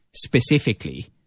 Specifically